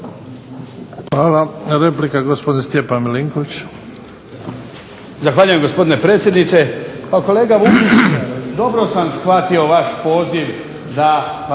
Hvala. Replika gospodin Stjepan Milinković.